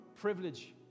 privilege